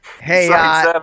Hey